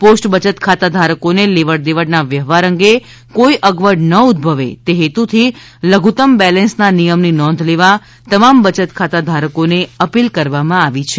post બચત ખાતા ધારકોને લેવડદેવડના વ્યવહાર અંગે કોઇ અગવડ ન ઉદભવે તે હેતુથી લધુતમ બેલેન્સ ના નિયમ ની નોંધ લેવા તમામ બચત ખાતા ધારકોને અપીલ કરવામાં આવી છે